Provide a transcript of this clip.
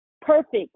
Perfect